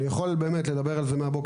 אני תושבת בני ברק,